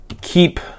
keep